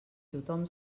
tothom